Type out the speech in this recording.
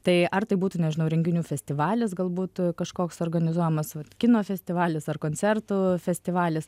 tai ar tai būtų nežinau renginių festivalis galbūt kažkoks organizuojamas kino festivalis ar koncertų festivalis